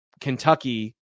Kentucky